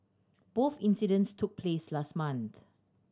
both incidents took place last month